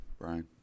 Brian